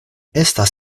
estas